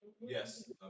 Yes